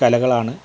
കലകളാണ്